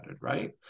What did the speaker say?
right